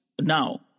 now